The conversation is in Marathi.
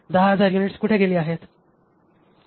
10000 युनिट्स कुठे गेली आहेत